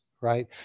right